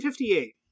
1958